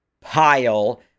pile